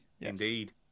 Indeed